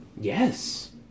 Yes